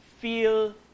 feel